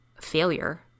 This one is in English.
failure